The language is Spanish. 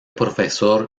profesor